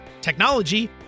technology